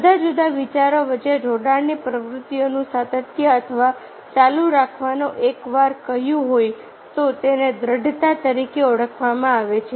જુદા જુદા વિચારો વચ્ચે જોડાણની પ્રવૃત્તિઓનું સાતત્ય અથવા ચાલુ રાખવાને એક વાર કહ્યું હોય તો તેને દ્રઢતા તરીકે ઓળખવામાં આવે છે